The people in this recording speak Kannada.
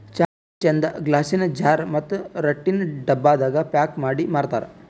ಚಾಪುಡಿ ಚಂದ್ ಗ್ಲಾಸಿನ್ ಜಾರ್ ಮತ್ತ್ ರಟ್ಟಿನ್ ಡಬ್ಬಾದಾಗ್ ಪ್ಯಾಕ್ ಮಾಡಿ ಮಾರ್ತರ್